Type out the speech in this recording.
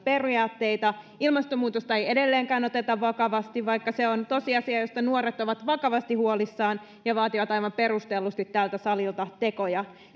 periaatteita ilmastonmuutosta ei edelleenkään oteta vakavasti vaikka se on tosiasia josta nuoret ovat vakavasti huolissaan ja he vaativat aivan perustellusti tältä salilta tekoja